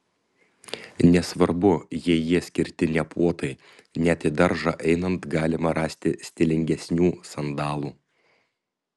nesvarbu jei jie skirti ne puotai net į daržą einant galima rasti stilingesnių sandalų